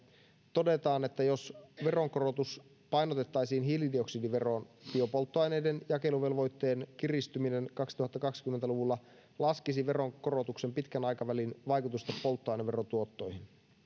todetaan että jos veronkorotus painotettaisiin hiilidioksidiveroon biopolttoaineiden jakeluvelvoitteen kiristyminen kaksituhattakaksikymmentä luvulla laskisi veronkorotuksen pitkän aikavälin vaikutusta polttoaineverotuottoihin